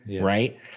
right